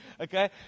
Okay